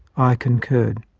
i concurred.